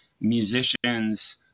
musicians